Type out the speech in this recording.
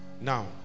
Now